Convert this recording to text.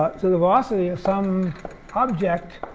but so the velocity of some object,